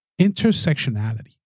intersectionality